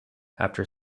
after